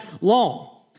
long